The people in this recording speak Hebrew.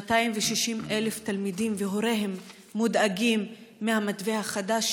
260,000 תלמידים והוריהם מודאגים מהמתווה החדש,